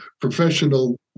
professional